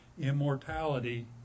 immortality